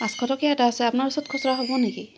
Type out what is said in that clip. পাঁচশ টকীয়া এটা আছে আপোনাৰ ওচৰত খুচুৰা হ'ব নেকি